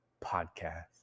Podcast